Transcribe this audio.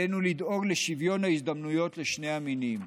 עלינו לדאוג לשוויון הזדמנויות לשני המינים,